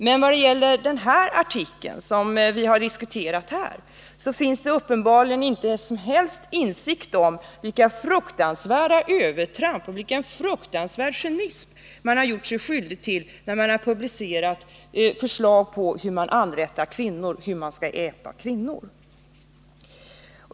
Men vad det gäller den artikel som vi har diskuterat här finns det uppenbarligen ingen som helst insikt om vilka fruktansvärda övertramp och vilken fruktansvärd cynism man gjort sig skyldig till när man publicerat förslag på hur kvinnor skall anrättas och ätas.